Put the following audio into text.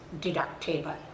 deductible